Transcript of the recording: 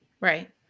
Right